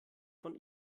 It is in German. von